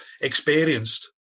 experienced